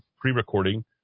pre-recording